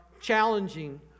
challenging